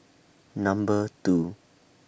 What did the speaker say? Number two